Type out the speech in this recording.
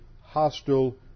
hostile